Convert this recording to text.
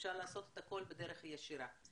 אפשר לעשות את הכול בדרך ישירה.